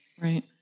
Right